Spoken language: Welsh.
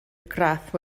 graff